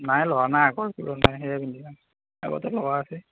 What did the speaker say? নাই লোৱা নাই আগতে লোৱা আছে